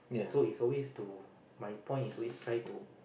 so it's always to my point is always try to